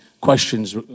questions